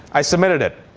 i submitted it.